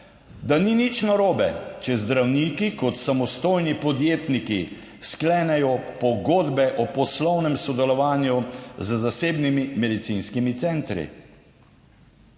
(Nadaljevanje) če zdravniki kot samostojni podjetniki sklenejo pogodbe o poslovnem sodelovanju, z zasebnimi medicinskimi centri.